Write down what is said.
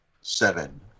seven